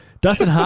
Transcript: Dustin